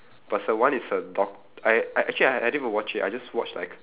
plus the one is a doc~ I I actually I I didn't even watch it I just watch like